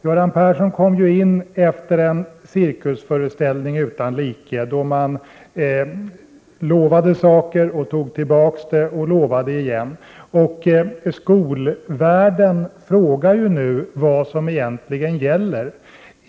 Göran Persson kom in i regeringen efter en cirkusföreställning utan like, då man lovade saker, tog tillbaka och lovade igen. Skolvärlden frågar sig nu vad som egentligen gäller.